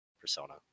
persona